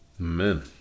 Amen